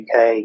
UK